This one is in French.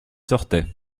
sortait